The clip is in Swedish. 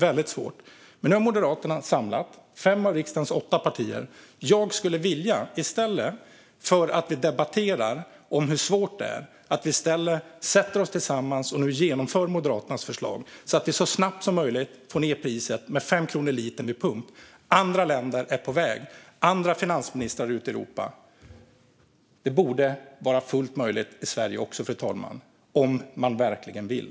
Moderaterna har samlat fem av riksdagens åtta partier, och i stället för att debattera hur svårt det är skulle jag vilja att vi sätter oss tillsammans och genomför Moderaternas förslag så att vi så snabbt som möjligt får ned priset med 5 kronor litern vid pump. Andra länder och andra finansministrar i Europa är på väg. Det borde vara fullt möjligt även i Sverige - om man verkligen vill.